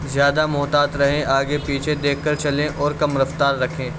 زیادہ محتاط رہیں آگے پیچھے دیکھ کر چلیں اور کم رفتار رکھیں